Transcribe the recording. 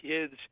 kids